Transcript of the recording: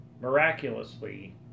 Miraculously